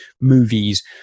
movies